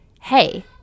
hey